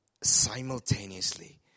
simultaneously